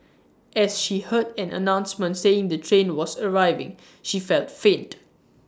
as she heard an announcement saying the train was arriving she felt faint